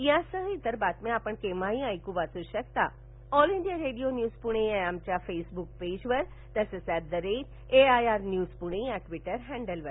यासह इतर बातम्या आपण केव्हाही वाचू ऐकू शकता all India radio news Pune या आमच्या फेसब्क पेजवर तसंच at A I R news Pune या ट्विटर हॅडलवर